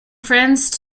france